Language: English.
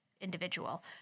individual